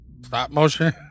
stop-motion